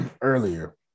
earlier